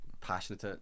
passionate